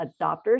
adopters